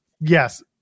Yes